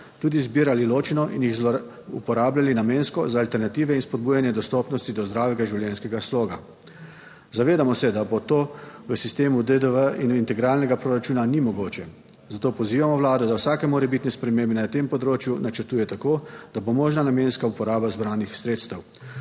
tudi zbirali ločeno in jih uporabljali namensko za alternative in spodbujanje dostopnosti do zdravega življenjskega sloga. Zavedamo se, da bo to v sistemu DDV in integralnega proračuna ni mogoče, zato pozivamo Vlado, da vsake morebitne spremembe na tem področju načrtuje tako, da bo možna namenska uporaba zbranih sredstev.